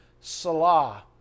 Salah